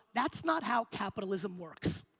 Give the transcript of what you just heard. that's not how capitalism works.